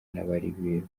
n’abari